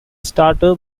starter